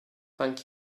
thank